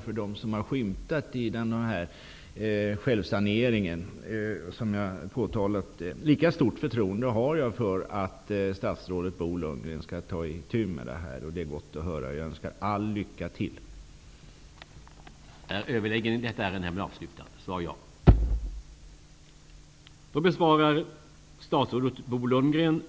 för dem som har skymtat i den av mig påtalade självsaneringen har jag stort förtroende för att statsrådet Bo Lundgren skall ta itu med detta. Det var gott att höra vad som här sades. Jag önskar statsrådet all lycka.